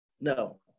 No